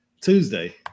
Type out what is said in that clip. Tuesday